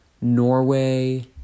Norway